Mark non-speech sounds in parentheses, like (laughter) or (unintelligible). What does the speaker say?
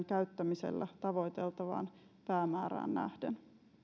(unintelligible) käyttämisellä tavoiteltavaan päämäärään nähden